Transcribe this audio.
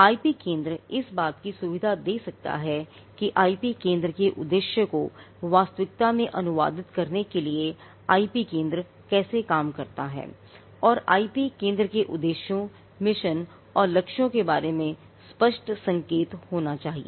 IP केंद्र इस बात की सुविधा दे सकता है कि IP केंद्र के उद्देश्य को वास्तविकता में अनुवादित करने के लिए IP केंद्र कैसे काम करता है और IP केंद्र के उद्देश्यों मिशन और लक्ष्यों के बारे में स्पष्ट संकेत होना चाहिए